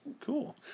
cool